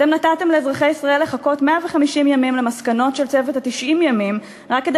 אתם נתתם לאזרחי ישראל לחכות 150 ימים למסקנות של צוות 90 הימים רק כדי